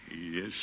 Yes